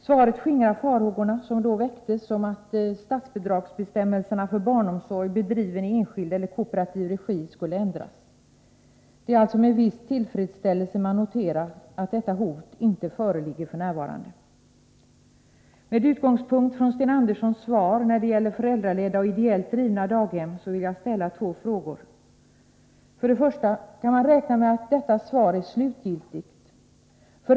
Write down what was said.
Svaret skingrar de farhågor som då väcktes om att statsbidragsbestämmelserna för barnomsorg bedriven i enskild eller kooperativ regi skulle ändras. Det är alltså med viss tillfredsställelse man noterar att detta hot inte föreligger f. n. Med utgångspunkt i Sten Anderssons svar när det gäller föräldraledda och Nr 68 ideellt drivna daghem vill jag ställa två frågor. Min första fråga är: Kan man räkna med att detta svar är slutgiltigt?